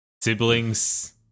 siblings